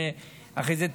אחרי זה,